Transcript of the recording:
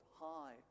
high